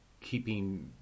keeping